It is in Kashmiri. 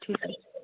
ٹھیٖک حظ چھُ